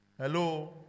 Hello